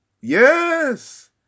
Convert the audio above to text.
Yes